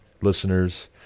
listeners